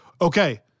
Okay